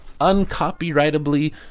uncopyrightably